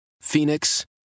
Phoenix